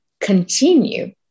continue